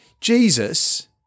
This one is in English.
jesus